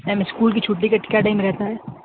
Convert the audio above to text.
میم school کی چُھٹی کا کیا ٹائم رہتا ہے